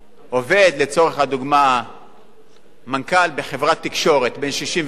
עובד כמנכ"ל בחברת תקשורת, והוא בן 67,